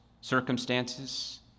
circumstances